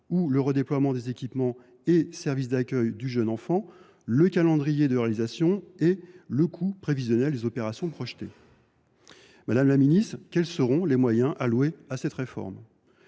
ou de redéploiement des équipements et services d’accueil du jeune enfant, le calendrier de réalisation et le coût prévisionnel des opérations projetées. Madame la ministre, quels seront les moyens alloués à cette réforme ?